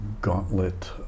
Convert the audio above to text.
gauntlet